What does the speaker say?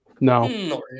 no